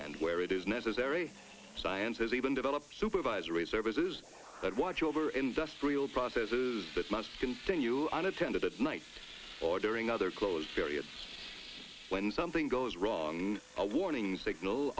and where it is necessary sciences even develop supervisory services that watch over industrial processes this must continue unintended at night or during other close various when something goes wrong and a warning signal